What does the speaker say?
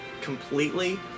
completely